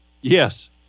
Yes